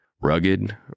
Rugged